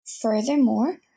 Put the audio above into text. furthermore